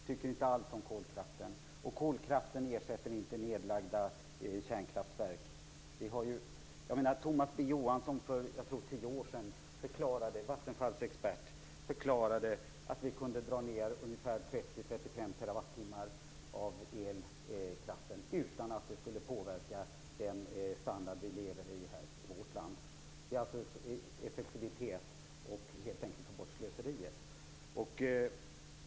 Fru talman! Nej, självklart inte. Jag tycker inte alls om kolkraften. Kolkraft ersätter inte kraft från nedlagda kärnkraftverk. Vattenfalls expert Thomas Johansson förklarade för, tror jag, tio år sedan förklarade att vi skulle kunna dra ned med 30-35 TWh av elkraften utan att det påverkade den standard som vi har i vårt land. Det handlar alltså om effektivitet och om att helt enkelt få bort slöseriet.